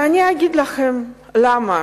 ואני אגיד לכם למה